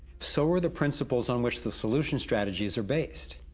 so are the principles on which the solution strategies are based.